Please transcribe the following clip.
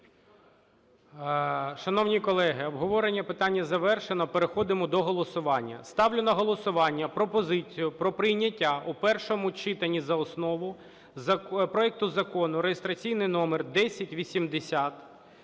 Шановні колеги, обговорення питання завершено. Переходимо до голосування. Ставлю на голосування пропозицію про прийняття у першому читанні за основу проект Закону (реєстраційний номер 1080)